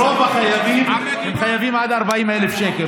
רוב החייבים חייבים עד 40,000 שקל.